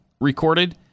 recorded